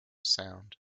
sound